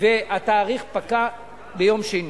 והתאריך פקע ביום שני.